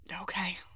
okay